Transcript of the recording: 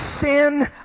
sin